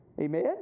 Amen